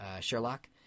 Sherlock